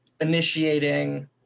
initiating